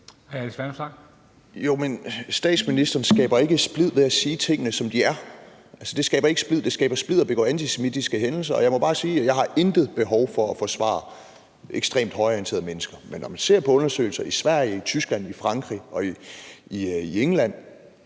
statsministeren skaber ikke splid ved at sige tingene, som de er – altså, det skaber ikke splid. Det skaber splid at begå antisemitiske hadforbrydelser. Og jeg må bare sige, at jeg intet behov har for at forsvare ekstremt højreorienterede mennesker. Men når man ser på undersøgelser i Sverige, i Tyskland, i Frankrig og i England,